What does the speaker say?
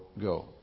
go